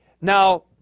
Now